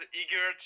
eager